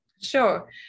Sure